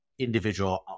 Individual